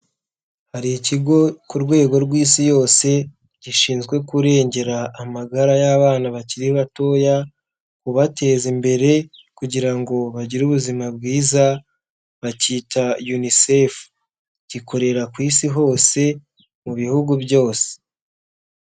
Hari ikigo ku rwego rw'isi yose, gishinzwe kurengera amagara y'abana bakiri batoya, kubateza imbere kugira ngo bagire ubuzima bwiza, bakita unicef, gikorera ku isi hose, mu bihugu byose.